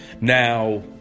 Now